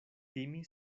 timi